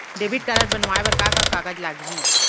Debit card बनवाये बर का का कागज लागही?